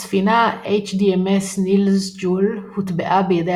הספינה HDMS Niels Juel הוטבעה בידי